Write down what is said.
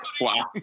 Wow